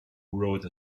wrote